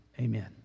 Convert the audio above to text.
Amen